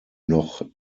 noch